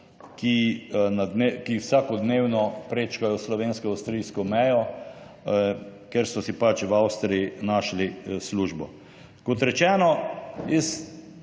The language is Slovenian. ki vsakodnevno prečkajo slovensko-avstrijsko mejo, ker so si v Avstriji našli službo. Kot rečeno,